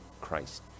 Christ